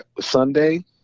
Sunday